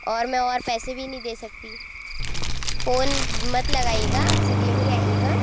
और मैं और पैसे भी नहीं दे सकती फ़ोन मत लगाइएगा आप सीधे यहीं आइएगा